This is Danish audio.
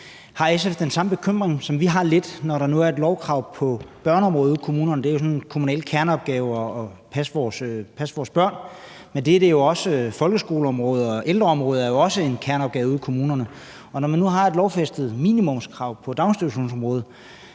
Har SF den samme bekymring, som vi lidt har, når der nu er et lovkrav på børneområdet ude i kommunerne – det er jo en kommunal kerneopgave at passe vores børn, men folkeskoleområdet og ældreområdet er også kerneopgaver ude i kommunerne. Og når man nu har et lovfæstet minimumskrav på daginstitutionsområdet,